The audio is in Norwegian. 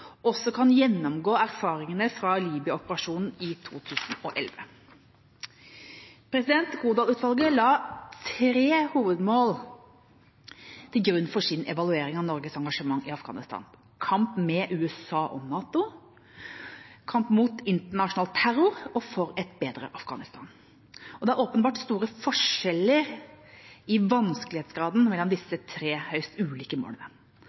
også kan gjennomgå erfaringene fra Libya-operasjonen i 2011. Godal-utvalget la tre hovedmål til grunn for sin evaluering av Norges engasjement i Afghanistan: kamp med USA og NATO kamp mot internasjonal terror for et bedre Afghanistan Det er åpenbart store forskjeller i vanskelighetsgraden mellom disse tre høyst ulike målene.